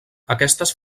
aquestes